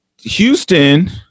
Houston